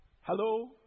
Hello